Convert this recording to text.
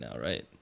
right